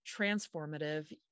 transformative